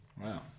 Wow